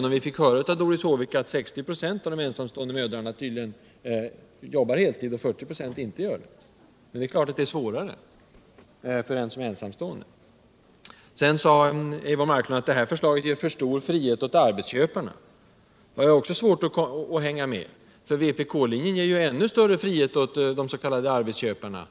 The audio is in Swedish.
Vi fick visserligen höra av Doris Håvik utt 60 fö av de ensamstående mödrarna arbetar på heltid och att 40 "a inte gör det, men naturligtvis kan det vara svårare för en ensamstående att nu förkorta arbetstiden ull sex tummar. Eivor Marklund sade att förslaget ger för stor frihet åt arbetsköparna. Också i det resonemanget har jag svårt att hänga med. Vpk-linjen ger ju ännu större frihet åt de s.k. arbetsköparna.